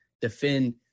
defend